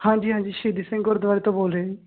ਹਾਂਜੀ ਹਾਂਜੀ ਸ਼ਹੀਦੀ ਸਿੰਘ ਗੁਰਦੁਆਰੇ ਤੋਂ ਬੋਲ ਰਹੇ